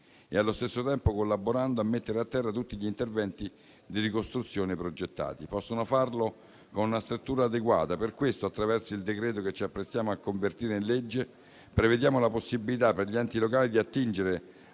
allo stesso tempo collaborando a mettere a terra tutti gli interventi di ricostruzione progettati. Possono farlo con una struttura adeguata. Per questo, attraverso il decreto-legge che ci apprestiamo a convertire in legge, prevediamo la possibilità per gli enti locali di attingere